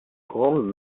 grandes